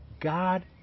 God